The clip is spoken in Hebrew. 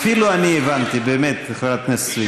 אפילו אני הבנתי, באמת, חברת הכנסת סויד.